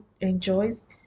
enjoys